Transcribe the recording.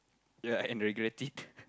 ya and regret it